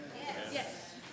Yes